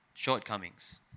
shortcomings